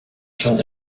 schon